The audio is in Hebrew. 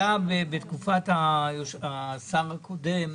בתקופת השר הקודם,